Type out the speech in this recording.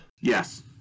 Yes